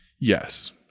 Yes